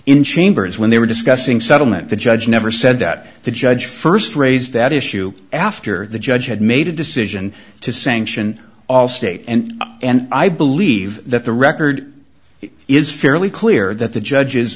in chambers when they were discussing settlement the judge never said that the judge first raised that issue after the judge had made a decision to sanction all state and and i believe that the record is fairly clear that the judge